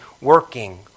working